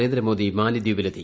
Narendra Modi Mali ദ്വീപിലെത്തി